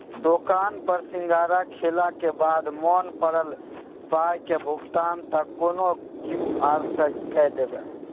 दोकान पर सिंघाड़ा खेलाक बाद मोन पड़ल पायक भुगतान त कोनो क्यु.आर सँ कए देब